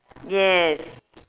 yes